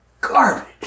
garbage